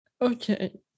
Okay